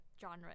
genre